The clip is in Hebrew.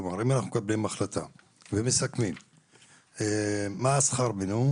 כלומר: אם אנחנו מקבלים החלטה ומסכמים מה שכר המינימום,